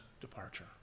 departure